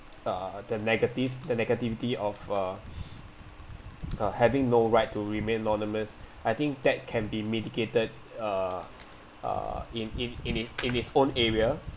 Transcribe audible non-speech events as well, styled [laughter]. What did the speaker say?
uh the negative the negativity of uh [breath] uh having no right to remain anonymous I think that can be mitigated uh uh in in in it in its own area